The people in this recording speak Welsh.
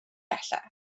bellach